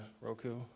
Roku